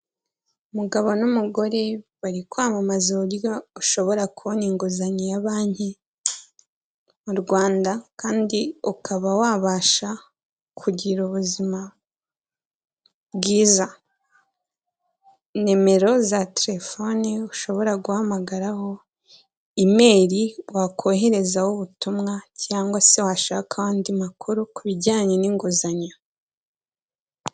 Umugabo n'umugore bari kwamamaza uburyo ushobora kubona inguzanyo ya banki mu Rwanda, kandi ukaba wabasha kugira ubuzima bwiza. Nimero za telefoni ushobora guhamagaraho, imeri wakoherezaho ubutumwa cyangwa se washakaho andi makuru ku bijyanye n'inguzanyo.